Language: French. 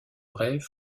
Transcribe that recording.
rêve